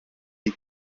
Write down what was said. die